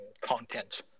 content